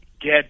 get